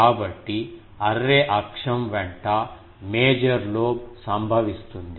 కాబట్టి అర్రే అక్షం వెంట మేజర్ లోబ్ సంభవిస్తుంది